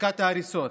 הפסקת ההריסות,